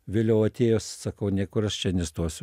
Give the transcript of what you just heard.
vėliau atėjo sakau niekur aš čia nestosiu